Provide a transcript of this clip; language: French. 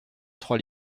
trois